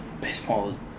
Baseball